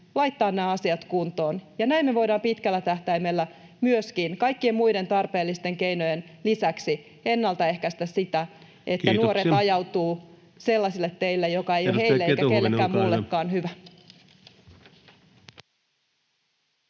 laittaa nämä asiat kuntoon, ja näin me voidaan pitkällä tähtäimellä myöskin, kaikkien muiden tarpeellisten keinojen lisäksi, ennaltaehkäistä sitä, [Puhemies: Kiitoksia!] että nuoret ajautuvat sellaiselle tielle, joka ei ole heille eikä kellekään muullekaan hyvä.